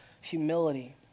humility